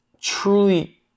truly